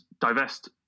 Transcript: divest